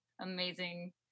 amazing